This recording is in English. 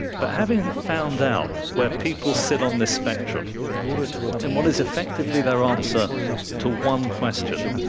but having found out where people sit on this spectrum and what is effectively their answer to one question,